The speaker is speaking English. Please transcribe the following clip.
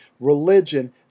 religion